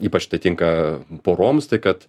ypač tai tinka poroms tai kad